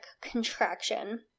contraction